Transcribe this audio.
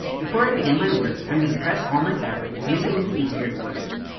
before i begin my work, i'm going to press all my fabric, to make it a little easier to work with.